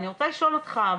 אני רוצה לשאול אותך,